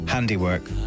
Handiwork